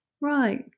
right